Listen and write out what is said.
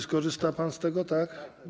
Skorzysta pan z tego, tak?